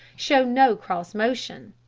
show no cross motion.